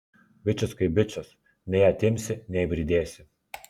bičas kaip bičas nei atimsi nei pridėsi